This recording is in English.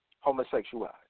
homosexuality